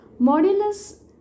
Modulus